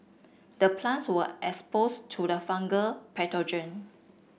the plants were exposed to the fungal pathogen